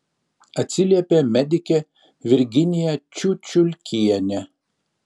atsiliepė medikė virginija čiučiulkienė